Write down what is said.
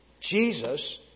Jesus